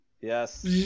Yes